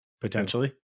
potentially